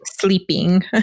sleeping